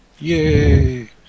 Yay